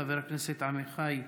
חבר הכנסת עמיחי שיקלי,